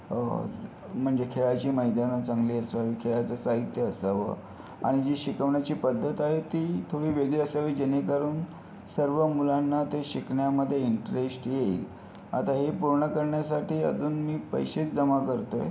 म्हणजे खेळायची मैदानं चांगली असावी खेळायचं साहित्य असावं आणि जी शिकवण्याची पद्धत आहे ती थोडी वेगळी असावी जेणेकरून सर्व मुलांना ते शिकण्यामध्ये इंटरेष्ट येईल आता हे पूर्ण करण्यासाठी अजून मी पैसेच जमा करतो आहे